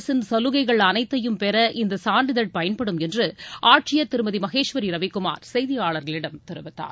அரசின் சலுகைகள் அனைத்தையும் பெற இந்த சான்றிதழ் பயன்படும் என்று ஆட்சியர் திருமதி மகேஸ்வரி ரவிகுமார் செய்தியாளர்களிடம் தெரிவித்தார்